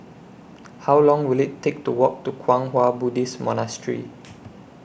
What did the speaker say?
How Long Will IT Take to Walk to Kwang Hua Buddhist Monastery